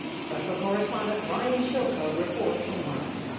special correspondent ryan chilcote reports from london.